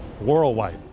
worldwide